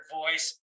voice